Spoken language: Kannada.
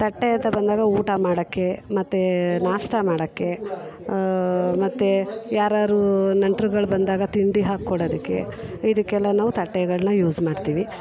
ತಟ್ಟೆ ಅಂತ ಬಂದಾಗ ಊಟ ಮಾಡೋಕ್ಕೆ ಮತ್ತೆ ನಾಷ್ಟ ಮಾಡೋಕ್ಕೆ ಮತ್ತೆ ಯಾರಾರೂ ನೆಂಟ್ರುಗಳು ಬಂದಾಗ ತಿಂಡಿ ಹಾಕಿ ಕೊಡೋದಿಕ್ಕೆ ಇದಕ್ಕೆಲ್ಲ ನಾವು ತಟ್ಟೆಗಳನ್ನ ಯೂಸ್ ಮಾಡ್ತಿವಿ